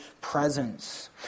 presence